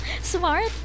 Smart